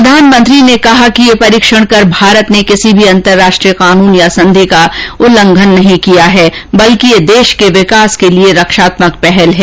प्रधानमंत्री ने कहा कि यह परीक्षण कर भारत ने किसी भी अंतर्राष्ट्रीय कानून या संधि का उल्लंघन नहीं किया है बल्कि यह देश के विकास के लिए रक्षात्मक पहल है